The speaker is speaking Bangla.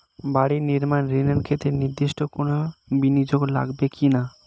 বাড়ি নির্মাণ ঋণের ক্ষেত্রে নির্দিষ্ট কোনো বিনিয়োগ লাগবে কি না?